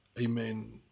Amen